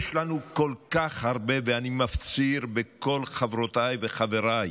יש לנו כל כך הרבה, ואני מפציר בכל חברותיי וחבריי